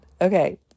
Okay